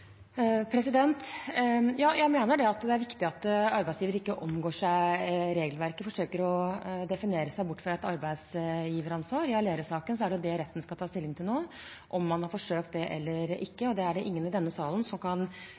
Jeg mener det er viktig at arbeidsgiveren ikke omgår regelverket og forsøker å definere seg bort fra et arbeidsgiveransvar. I Aleris-saken er det det retten skal ta stilling til – om man har forsøkt det eller ikke. Det er det ingen i denne salen som kan